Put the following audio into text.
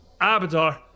Abadar